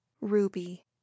Ruby